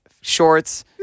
shorts